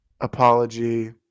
apology